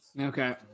okay